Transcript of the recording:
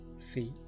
feet